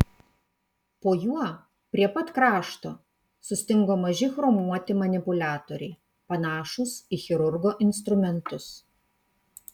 po juo prie pat krašto sustingo maži chromuoti manipuliatoriai panašūs į chirurgo instrumentus